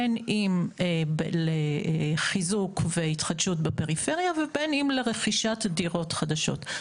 בין אם לחיזוק והתחדשות בפריפריה ובין אם לרכישת דירות חדשות.